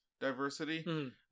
diversity